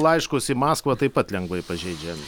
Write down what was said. laiškus į maskvą taip pat lengvai pažeidžiami